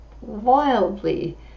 wildly